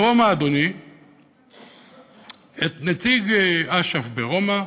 ברומא את נציג אש"ף ברומא